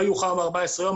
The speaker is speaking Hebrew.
לא יאוחר מ-14 ימים.